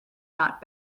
not